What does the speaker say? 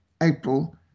April